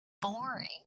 boring